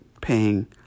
paying